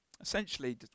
Essentially